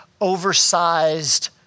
oversized